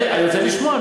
אני רוצה לשמוע,